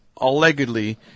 allegedly